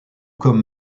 comme